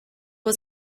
was